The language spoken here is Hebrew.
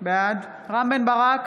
בעד רם בן ברק,